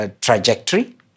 trajectory